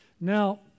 Now